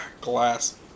glass